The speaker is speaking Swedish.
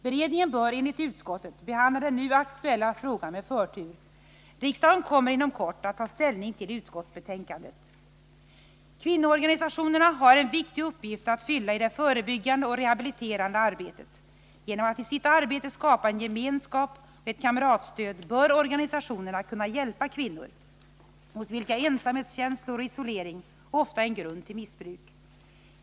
Beredningen bör enligt utskottet behandla den nu aktuella frågan med förtur. Riksdagen kommer inom kort att ta ställning till utskottsbetänkandet. Kvinnoorganisationerna har en viktig uppgift att fylla i det förebyggande och rehabiliterande arbetet. Genom att i sitt arbete skapa en gemenskap och ett kamratstöd bör organisationerna kunna hjälpa kvinnor hos vilka ensamhetskänslor och isolering ofta är en grund till missbruk.